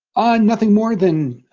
nothing more than